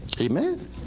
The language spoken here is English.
Amen